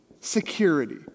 Security